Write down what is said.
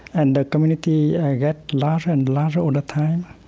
and the community get larger and larger all the time.